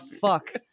fuck